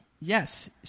Yes